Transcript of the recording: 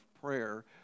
prayer